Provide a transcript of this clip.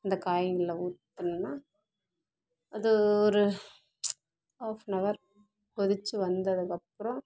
இந்த காய்களில் ஊற்றுனோம்னா அது ஒரு ஆஃப்னவர் கொதித்து வந்ததுக்கு அப்புறம்